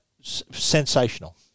sensational